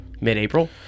mid-April